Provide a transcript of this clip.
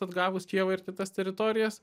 atgavus kijevą ir kitas teritorijas